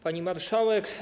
Pani Marszałek!